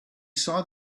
saw